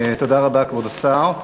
תודה רבה, כבוד השר.